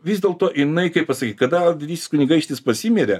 vis dėlto jinai kaip pasakyt kada didysis kunigaikštis pasimirė